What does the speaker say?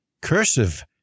cursive